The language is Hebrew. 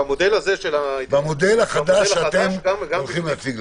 במודל החדש שתציגו לנו.